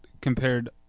compared